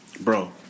bro